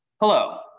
Hello